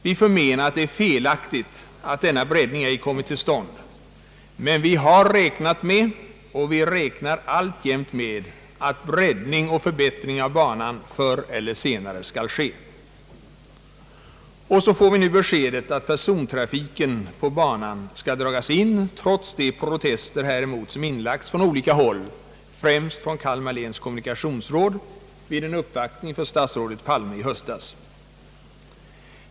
Vi anser det felaktigt att denna breddning ej kommit till stånd, men vi har räknat och räknar alltjämt med att en breddning och förbättring av banan förr eller senare skall ske. Och så får vi nu besked om att persontrafiken på banan skall dras in, trots de protester häremot som inlagts från olika håll, främst från Kalmar läns kommunikationsråd vid en uppvaktning för statsrådet Palme i höstas.